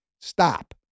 Stop